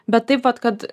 bet taip vat kad